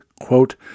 quote